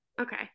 Okay